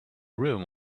room